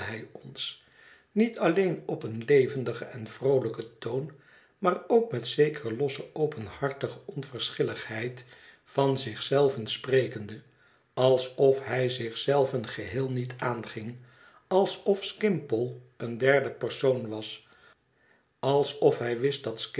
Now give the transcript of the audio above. ons niet alleen op een levendigen en vroolijken toon maar ook met zekere losse openhartige onverschilligheid van zich zei ven sprekende alsof hij zich zelven geheel niet aanging alsot skimpole een derde persoon was alsof hij wist dat